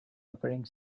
operating